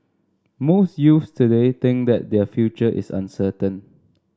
most youths today think that their future is uncertain